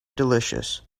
delicious